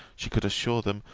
she could assure them,